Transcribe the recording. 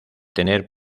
tener